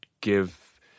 give –